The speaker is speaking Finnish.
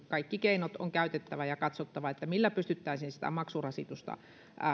kaikki keinot on käytettävä ja katsottava millä pystyttäisiin sitä maksurasitusta